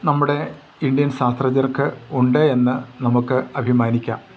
നമ്മുടെ ഇന്ത്യൻ ശാസ്ത്രജ്ഞർക്ക് ഉണ്ട് എന്ന് നമുക്ക് അഭിമാനിക്കാം